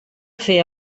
fer